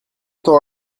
temps